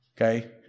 okay